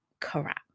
crap